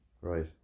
Right